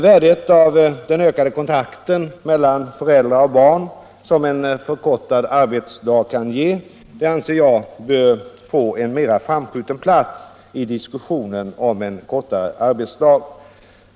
Värdet av den ökade kontakt mellan föräldrar och barn som en förkortad arbetsdag kan ge anser jag bör få en mera framskjuten plats i diskussionen om en kortare arbetsdag.